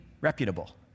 reputable